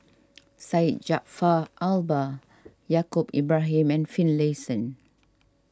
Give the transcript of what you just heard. Syed Jaafar Albar Yaacob Ibrahim and Finlayson